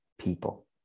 people